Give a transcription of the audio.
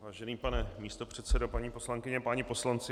Vážený pane místopředsedo, paní poslankyně, páni poslanci.